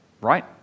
right